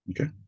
okay